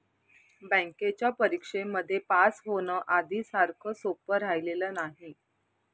बँकेच्या परीक्षेमध्ये पास होण, आधी सारखं सोपं राहिलेलं नाही